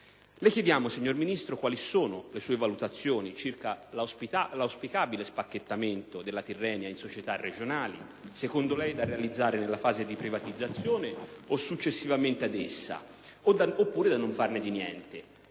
Le chiediamo, signor Ministro, quali sono le sue valutazioni circa l'auspicabile spacchettamento della Tirrenia in società regionali: secondo lei, è da realizzare nella fase di privatizzazione o successivamente ad essa? Oppure non è da farne niente?